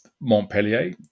Montpellier